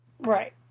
Right